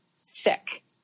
sick